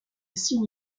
signe